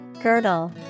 girdle